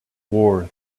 war